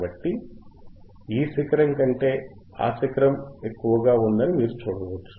కాబట్టి ఈ శిఖరం కంటే ఆ శిఖరం ఎక్కువగా ఉందని మీరు చూడవచ్చు